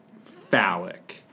phallic